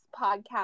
podcast